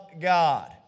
god